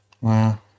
Wow